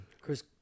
Chris